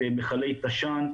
את מכלי תש"ן,